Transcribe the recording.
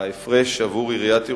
ההפרש עבור עיריית ירושלים,